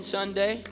Sunday